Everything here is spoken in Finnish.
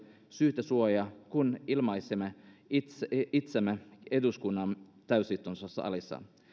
syytesuoja kun ilmaisemme itseämme itseämme eduskunnan täysistuntosalissa